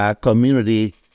community